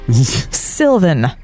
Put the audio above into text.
Sylvan